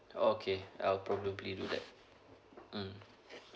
oh okay I'll probably do that mm